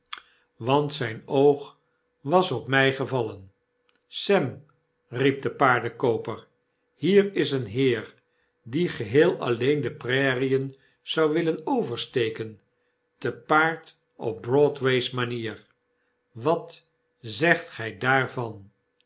want zijn oog was op my gevallen sem riep de paardenkooper hier is een heer die geheel alieen de prairien zou willen oversteken te paard op broadway's manier wat zegt gij daarvan